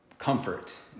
comfort